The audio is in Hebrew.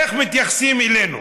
איך מתייחסים אלינו?